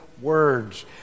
words